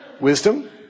Wisdom